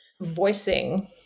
voicing